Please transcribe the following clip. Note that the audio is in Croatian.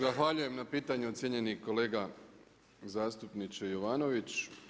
Zahvaljujem na pitanju cijenjeni kolega zastupniče Jovanović.